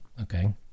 Okay